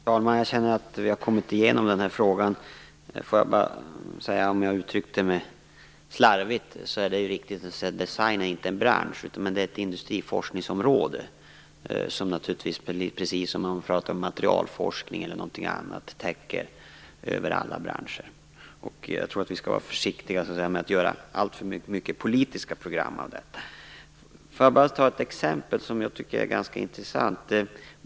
Fru talman! Jag känner att vi har kommit igenom den här frågan. Jag kanske uttryckte mig slarvigt, men det är riktigt att design inte är en bransch utan ett industriforskningsområde som, precis som t.ex. materialforskning, täcker över alla branscher. Jag tycker att vi skall vara litet försiktiga med att göra alltför mycket politiska program av detta. Jag skall bara ta upp ett exempel som jag tycker är ganska intressant.